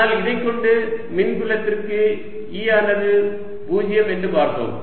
ஆனால் இதைக் கொண்டு மின்புலத்திற்கு E ஆனது 0 என்று பார்த்தோம்